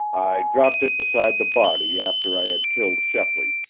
i dropped it beside the body after i had killed shepley.